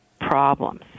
problems